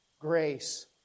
grace